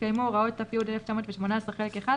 יתקיימו הוראות ת"י 1918 חלק 1,